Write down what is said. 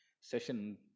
session